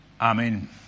Amen